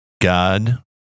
god